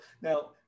Now